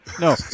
No